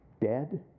Dead